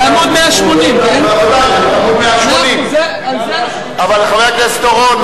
זה בעמוד 180. חבר הכנסת אורון,